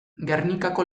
gernikako